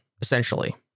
Essentially